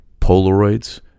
Polaroids